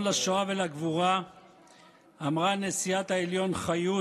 לשואה ולגבורה אמרה נשיאת העליון חיות,